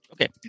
Okay